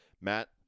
Matt